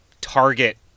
target